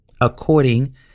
according